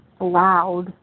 loud